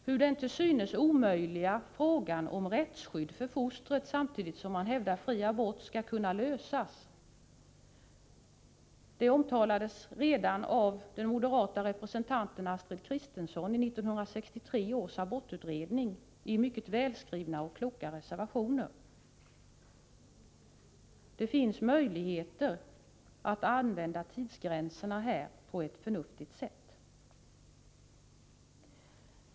Hur den till synes omöjliga frågan om rättsskydd för fostret samtidigt som man hävdar fri abort skall kunna lösas omtalades redan av den moderata representanten Astrid Kristensson i 1963 års abortutredning i mycket välskrivna och kloka reservationer. Det finns möjligheter att använda tidsgränserna på ett förnuftigt sätt.